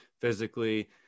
physically